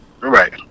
Right